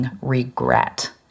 regret